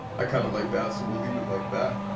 kind of like that, so we'll leave it like that.